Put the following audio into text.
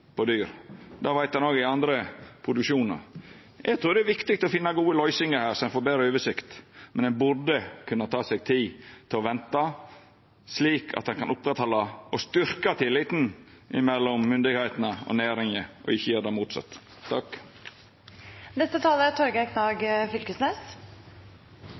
av dyr. Det veit ein òg frå andre produksjonar. Eg trur det er viktig å finna gode løysingar her, så ein får betre oversikt. Men ein burde kunna ta seg tid til å venta, slik at ein kan ta vare på og styrkja tilliten mellom myndigheitene og næringa og ikkje gjera det motsette. Eg synest denne saka er